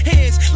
Hands